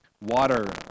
Water